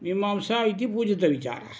मीमांसा इति पूजितविचारः